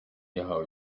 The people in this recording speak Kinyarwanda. yahawe